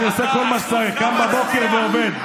אני עושה כל מה שצריך, קם בבוקר ועובד.